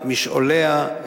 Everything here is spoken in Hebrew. את משעוליה,